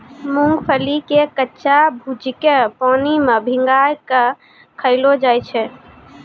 मूंगफली के कच्चा भूजिके पानी मे भिंगाय कय खायलो जाय छै